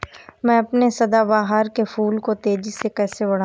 मैं अपने सदाबहार के फूल को तेजी से कैसे बढाऊं?